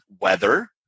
weather